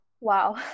Wow